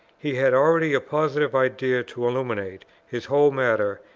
he had already a positive idea to illuminate his whole matter,